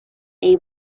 been